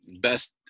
best